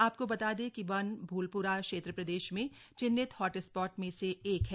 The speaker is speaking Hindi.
आपको बता दें कि वनभूलप्रा क्षेत्र प्रदेश में चिह्नित हॉट स्पॉट में से एक है